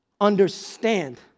understand